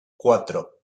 cuatro